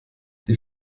die